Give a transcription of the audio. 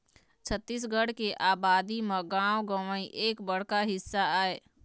छत्तीसगढ़ के अबादी म गाँव गंवई एक बड़का हिस्सा आय